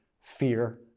fear